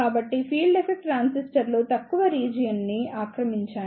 కాబట్టి field effect ట్రాన్సిస్టర్లు తక్కువ రీజియన్ ని ఆక్రమించాయి